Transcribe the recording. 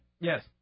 Yes